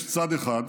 יש צד אחד,